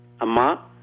Ama